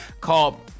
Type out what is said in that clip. Called